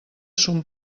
son